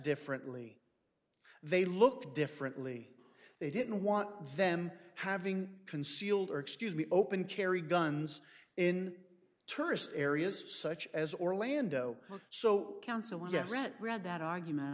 differently they look differently they didn't want them having concealed or excuse me open carry guns in target areas such as orlando so council yet read that argument